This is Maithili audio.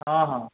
हँ हँ